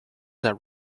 that